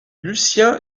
lucien